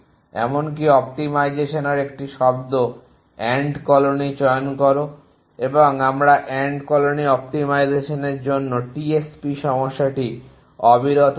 এমনকি অপ্টিমাইজেশানের একটি শব্দ এন্ট কলোনী চয়ন করো এবং আমরা এন্ট কলোনী অপ্টিমাইজেশানের জন্য টিএসপি সমস্যাটি অবিরত দেখব